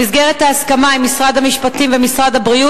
במסגרת ההסכמה עם משרד המשפטים ועם משרד הבריאות,